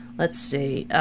let's see.